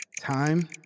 Time